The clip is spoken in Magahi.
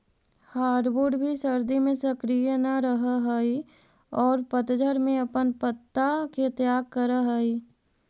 हार्डवुड भी सर्दि में सक्रिय न रहऽ हई औउर पतझड़ में अपन पत्ता के त्याग करऽ हई